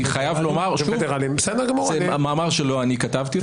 אני חייב לומר שוב, זה מאמר שלא אני כתבתי.